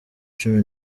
cumi